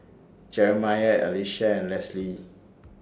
Jerimiah Alysia and Lesley